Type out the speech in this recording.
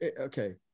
Okay